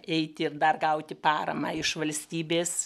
eiti ir dar gauti paramą iš valstybės